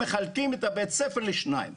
מחלקים את בית הספר לשניים.